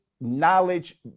knowledge